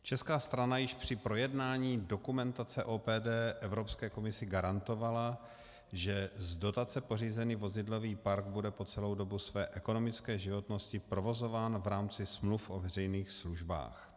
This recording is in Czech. Česká strana již při projednávání dokumentace OPD Evropské komisi garantovala, že z dotace pořízený vozidlový park bude po celou dobu své ekonomické životnosti provozován v rámci smluv o veřejných službách.